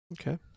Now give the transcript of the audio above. Okay